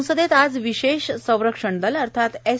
संसदेत आज विशेष संरक्षण दल अर्थात एस